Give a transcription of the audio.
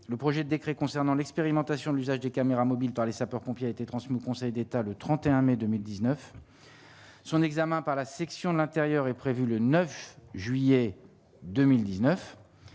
le projet décret concernant l'expérimentation de l'usage des caméras mobiles par les sapeurs-pompiers, a été transmis au Conseil d'État le 31 mai 2019. Son examen par la section de l'Intérieur est prévue le 9 juillet 2019.